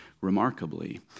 remarkably